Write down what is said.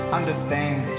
understand